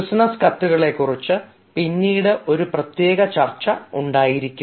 business കത്തുകളെ കുറിച്ച് പിന്നീട് ഒരു പ്രത്യേക ചർച്ച ഉണ്ടായിരിക്കും